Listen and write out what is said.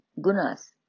Gunas